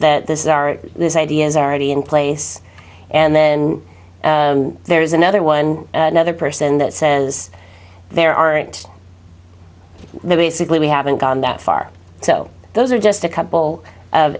that this is are these ideas already in place and then there's another one another person that says there aren't they basically we haven't gone that far so those are just a couple of